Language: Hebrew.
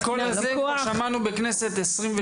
את הקול הזה שמענו בכנסת ה-23,